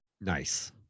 Nice